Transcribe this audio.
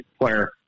player